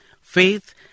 Faith